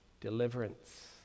deliverance